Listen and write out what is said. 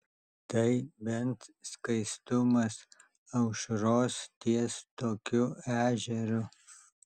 tai bent skaistumas aušros ties tokiu ežeru